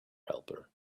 helper